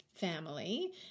Family